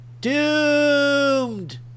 Doomed